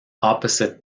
opposite